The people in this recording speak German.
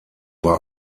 war